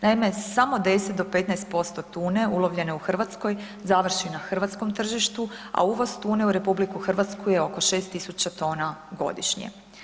Naime, samo 10 do 15% tune ulovljene u Hrvatskoj, završi na hrvatskom tržištu a uvoz tune u RH je oko 6 000 tona godišnje.